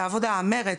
מרץ,